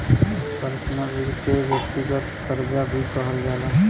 personal ऋण के व्यक्तिगत करजा भी कहल जाला